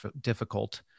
difficult